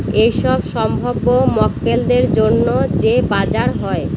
এইসব সম্ভাব্য মক্কেলদের জন্য যে বাজার হয়